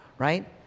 right